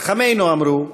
חכמינו אמרו: